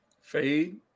Fade